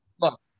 Look